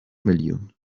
میلیون